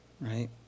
Right